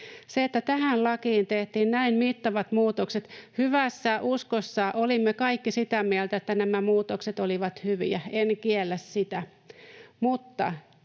Kun tähän lakiin tehtiin näin mittavat muutokset, hyvässä uskossa olimme kaikki sitä mieltä, että nämä muutokset olivat hyviä. En kiellä sitä.